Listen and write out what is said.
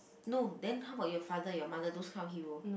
no then how about your father your mother those kind of hero